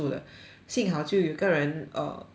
幸好就有一个人 uh 有一个人